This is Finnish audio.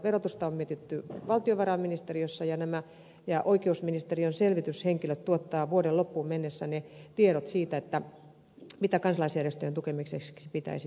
verotusta on mietitty valtiovarainministeriössä ja nämä oikeusministeriön selvityshenkilöt tuottavat vuoden loppuun mennessä tiedot siitä mitä kansalaisjärjestöjen tukemiseksi pitäisi tehdä